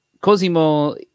Cosimo